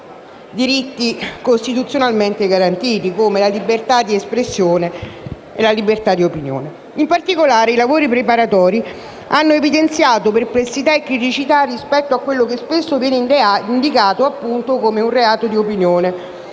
diritti costituzionalmente garantiti, come le libertà di espressione e di opinione. In particolare, i lavori preparatori hanno evidenziato perplessità e criticità rispetto a quello che spesso viene appunto indicato come un reato di opinione